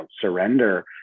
surrender